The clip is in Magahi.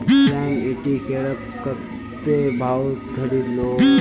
श्याम ईटी केला कत्ते भाउत खरीद लो